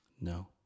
No